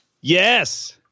Yes